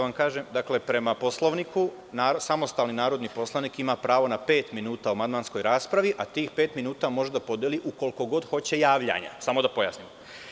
Sada ću vam reći, prema Poslovniku – samostalni narodni poslanik ima pravo na pet minuta u amandmanskoj raspravi, a tih pet minuta može da podeli ukoliko god hoće javljanja, samo da pojasnim.